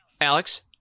Alex